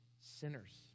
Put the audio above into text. sinners